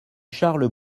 charles